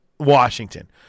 Washington